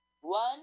one